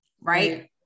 right